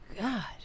God